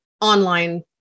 online